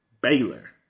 Baylor